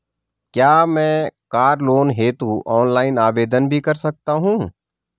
क्या मैं car loan हेतु ऑनलाइन आवेदन भी कर सकता हूँ?